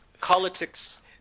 politics